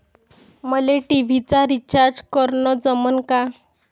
मले टी.व्ही चा रिचार्ज करन जमन का?